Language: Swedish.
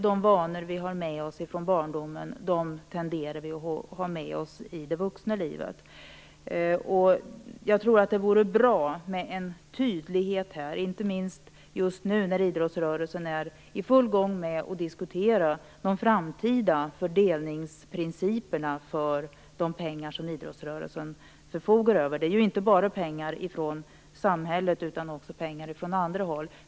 De vanor som man har med sig från barndomen tenderar man att hålla fast vid i det vuxna livet. Det vore bra med en tydlighet här, inte minst just nu när idrottsrörelsen är i full gång med att diskutera de framtida fördelningsprinciperna i fråga om de pengar som idrottsrörelsen förfogar över. Det är ju inte bara pengar från samhället utan också pengar från andra håll.